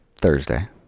Thursday